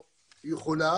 אבל זה קורה,